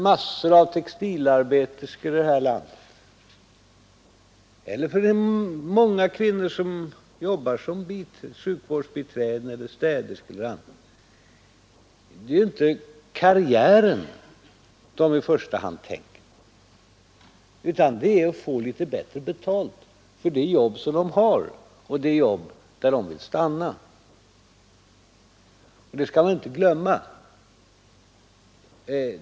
Många textilarbeterskor i det här landet och många kvinnor som jobbar som sjukvårdsbiträden, städerskor och annat tänker inte i första hand på karriären, utan de vill få litet bättre betalt för det jobb de har och som de vill stanna i. Det skall vi inte glömma.